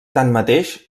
tanmateix